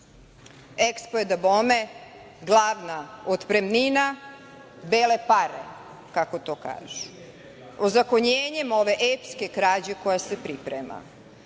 Ekspo je dabome glavna otpremnina, bele pare, kako to kažu. Ozakonjenjem ove epske krađe koja se priprema.